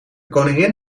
koningin